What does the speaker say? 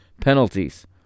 penalties